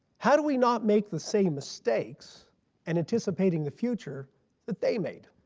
how do we not make the same mistakes in anticipating the future that they made?